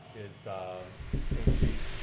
is increased.